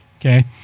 Okay